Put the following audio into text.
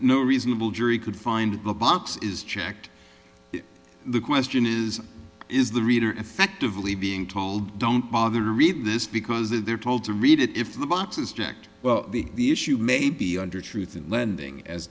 no reasonable jury could find the box is checked the question is is the reader effectively being told don't bother to read this because if they're told to read it if the box is checked well the issue may be under truth in lending as